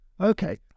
Okay